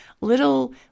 little